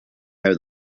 how